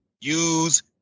use